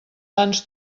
sants